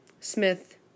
Smith